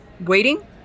waiting